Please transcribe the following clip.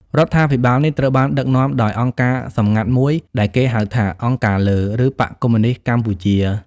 រដ្ឋាភិបាលនេះត្រូវបានដឹកនាំដោយអង្គការសម្ងាត់មួយដែលគេហៅថា «អង្គការលើ» ឬបក្សកុម្មុយនីស្តកម្ពុជា។